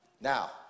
Now